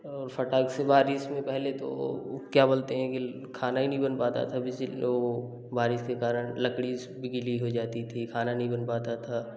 और फटाक से बारिश में पहले तो क्या बोलते हैं कि खाना ही नहीं बन पाता था वो बारिश के कारण लकड़ी बी गीली हो जाती थी खाना नहीं बन पाता था